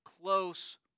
close